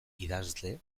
idazle